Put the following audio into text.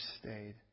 stayed